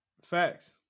facts